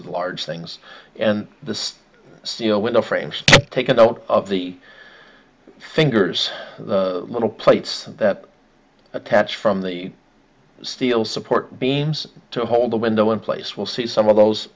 a large things and the steel window frames taken out of the fingers the little plates that attach from the steel support beams to hold the window in place we'll see some of those